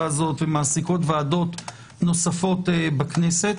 הזו ומעסיקות ועדות נוספות בכנסת,